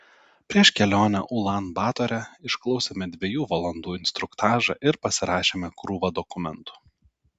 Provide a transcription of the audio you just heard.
prieš kelionę ulan batore išklausėme dviejų valandų instruktažą ir pasirašėme krūvą dokumentų